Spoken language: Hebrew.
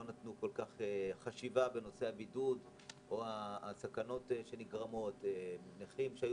נתנו כל כך חשיבה בנושא הבידוד ובנושא הסכנות שנגרמות לנכים שהיו